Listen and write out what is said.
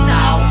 now